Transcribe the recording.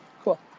cool